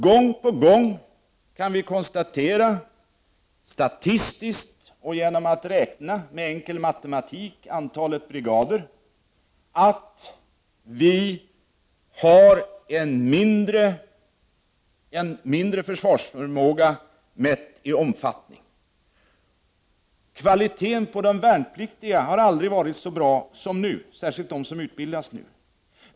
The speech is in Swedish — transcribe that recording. Gång på gång kan vi konstatera, statistiskt och genom att med enkel matematik räkna antalet brigader, att vi har en mindre försvarsförmåga mätt i omfattning. Kvaliteten på de värnpliktiga har aldrig varit så bra som nu, särskilt de som utbildas nu.